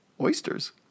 Oysters